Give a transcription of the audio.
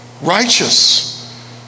righteous